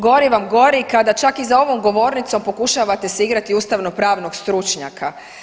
Gori vam gori kada čak i za ovom govornicom pokušavate se igrati ustavno-pravnog stručnjaka.